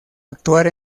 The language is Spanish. actuar